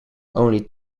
only